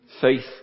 faith